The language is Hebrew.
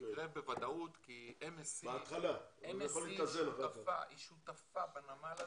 זה יקרה בוודאות כי MSC היא שותפה בנמל הזה,